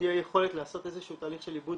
ושתהיה יכולת לעשות איזה שהוא תהליך של עיבוד